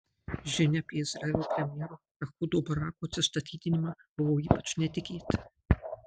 žinia apie izraelio premjero ehudo barako atsistatydinimą buvo ypač netikėta